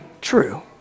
True